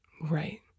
Right